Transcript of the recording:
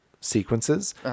sequences